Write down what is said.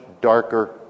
darker